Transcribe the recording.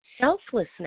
selflessness